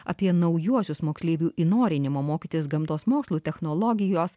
apie naujuosius moksleivių įnorinimo mokytis gamtos mokslų technologijos